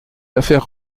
affaires